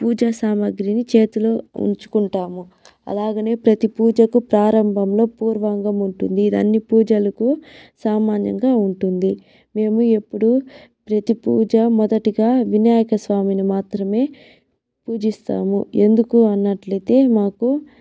పూజా సామాగ్రిని చేతిలో ఉంచుకుంటాము అలాగనే ప్రతి పూజకు ప్రారంభంలో పూర్వాంగం ఉంటుంది ఇది అన్ని పూజలకు సామాన్యంగా ఉంటుంది మేము ఎప్పుడు ప్రతి పూజ మొదటిగా వినాయక స్వామిని మాత్రమే పూజిస్తాము ఎందుకు అన్నట్లయితే మాకు